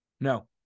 No